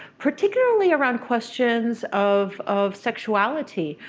particularly around questions of of sexuality,